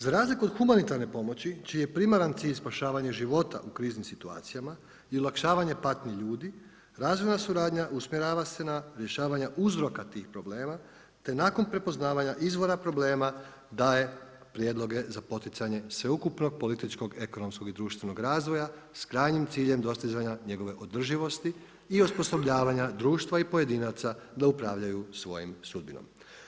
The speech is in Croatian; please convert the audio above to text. Za razliku od humanitarne pomoći, čiji je primaran cilj spašavanje života u kriznim situacijama i olakšavanje patnji ljudi, razvoja suradnja usmjerava se na rješavanje uzroka tih problema te nakon prepoznavanja izvora problema daje prijedloge za poticanje sveukupnog političkog, ekonomskog i društvenog razvoja s krajnjim ciljem dostizanja njegove održivosti i osposobljavanja društva i pojedinaca da upravljaju svojom sudbinom.